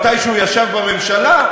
כשהוא ישב בממשלה?